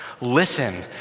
listen